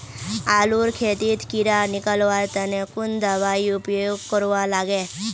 आलूर खेतीत कीड़ा निकलवार तने कुन दबाई उपयोग करवा लगे?